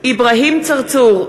אברהים צרצור,